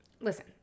Listen